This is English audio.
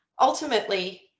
Ultimately